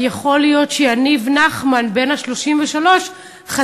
כי יכול להיות שיניב נחמן בן ה-33 חזר